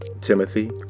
Timothy